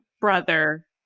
brother